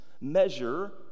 measure